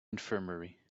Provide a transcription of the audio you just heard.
infirmary